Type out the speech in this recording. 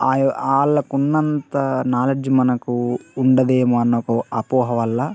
వాళ్ళకి ఉన్నంత నాలెడ్జ్ మనకు ఉండదేమో అన్న అపోహ వల్ల